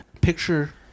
Picture